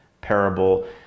parable